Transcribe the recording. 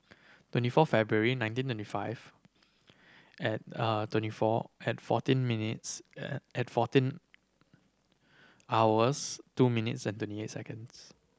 twenty four February nineteen ninety five twenty four and fourteen minutes fourteen hours two minutes and twenty eight seconds